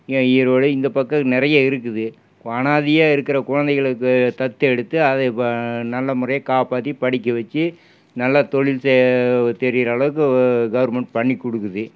ஈரோடு இந்த பக்கம் நிறைய இருக்குது அனாதையாக இருக்கிற குழந்தைகளுக்கு தத்தெடுத்து அது இப்போ நல்ல முறையாக காப்பாற்றி படிக்க வச்சு நல்லா தொழில் தெரிகிற அளவுக்கு கவர்மெண்ட் பண்ணி கொடுக்குது